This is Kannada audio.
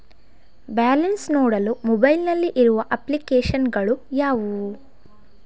ಬ್ಯಾಲೆನ್ಸ್ ನೋಡಲು ಮೊಬೈಲ್ ನಲ್ಲಿ ಇರುವ ಅಪ್ಲಿಕೇಶನ್ ಗಳು ಯಾವುವು?